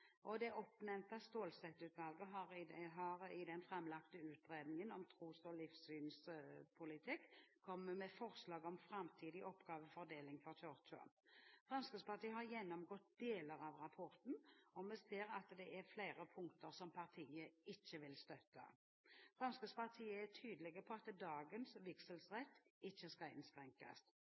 framtidig oppgavefordeling for Kirken. Fremskrittspartiet har gjennomgått deler av rapporten, og vi ser at det er flere punkter som partiet ikke vil støtte. Fremskrittspartiet er tydelig på at dagens vigselsrett ikke skal innskrenkes.